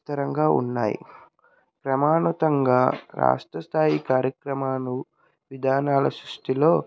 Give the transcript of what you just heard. విస్తరంగా ఉన్నాయి ప్రమాణతంగా రాష్ట్రస్థాయి కార్యక్రమాలు విధానాలు సృష్టిలో